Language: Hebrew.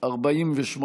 4, כהצעת הוועדה, נתקבל.